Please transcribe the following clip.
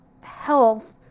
health